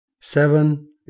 seven